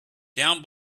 down